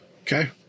Okay